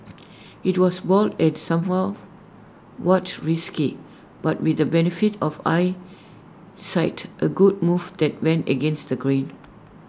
IT was bold and somewhat was risky but with the benefit of hindsight A good move that went against the grain